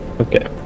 Okay